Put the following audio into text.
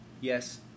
yes